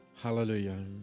Hallelujah